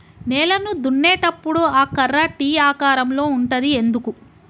నేలను దున్నేటప్పుడు ఆ కర్ర టీ ఆకారం లో ఉంటది ఎందుకు?